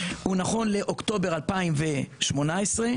נכון לאוקטובר 2018,